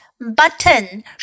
button